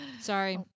Sorry